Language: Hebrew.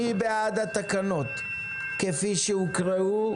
מי בעד התקנות כפי שהוקראו,